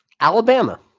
Alabama